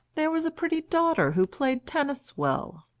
there was a pretty daughter who played tennis well.